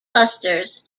clusters